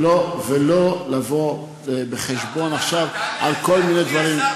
ולא לבוא חשבון עכשיו על כל מיני דברים, למה?